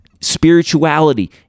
spirituality